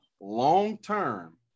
long-term